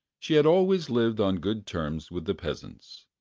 she had always lived on good terms with the peasants,